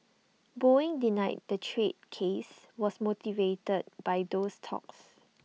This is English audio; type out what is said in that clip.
boeing denied the trade case was motivated by those talks